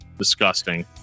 disgusting